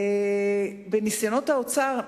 בניסיונות האוצר,